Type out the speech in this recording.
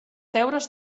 deures